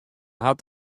hat